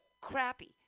crappy